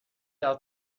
out